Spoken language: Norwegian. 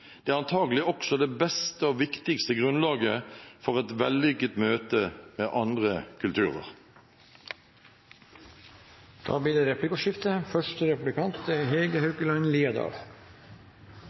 Det er antakelig også det beste og viktigste grunnlaget for et vellykket møte med andre kulturer. Det blir replikkordskifte.